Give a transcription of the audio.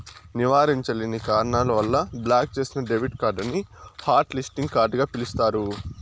నివారించలేని కారణాల వల్ల బ్లాక్ చేసిన డెబిట్ కార్డుని హాట్ లిస్టింగ్ కార్డుగ పిలుస్తారు